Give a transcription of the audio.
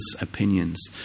opinions